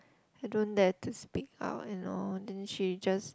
I don't dare to speak out and all then she just